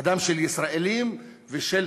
בדם של ישראלים ושל